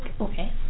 Okay